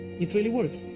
it really works,